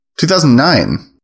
2009